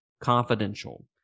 Confidential